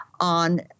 on